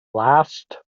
last